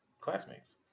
classmates